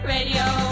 Radio